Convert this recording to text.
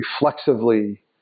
reflexively